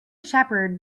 shepherd